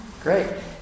Great